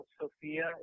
Sophia